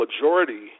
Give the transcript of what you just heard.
majority